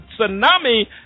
tsunami